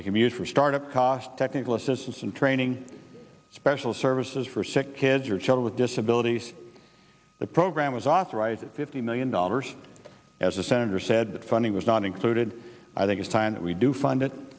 they can be used for start up cost technical assistance and training special services for sick kids or child with disabilities the program was authorized fifty million dollars as the senator said funding was not included i think it's time that we do find it